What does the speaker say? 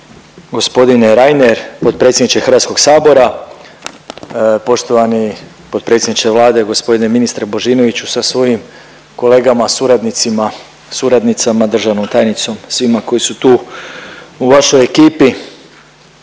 poštovani g. Reiner, potpredsjedniče HS-a, poštovani potpredsjedniče Vlade, g. ministre Božinoviću sa svojim kolegama, suradnicima, suradnicama, državnom tajnicom, svima koji su tu u vašoj ekipi.